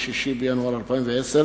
6 בינואר 2010,